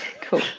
cool